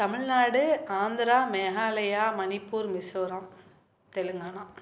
Tamil Nadu Andhra Meghalaya Manipur Mizoram Telangana